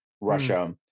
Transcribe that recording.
Russia